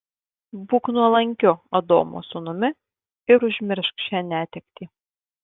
būk nuolankiu adomo sūnumi ir užmiršk šią netektį